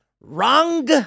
Wrong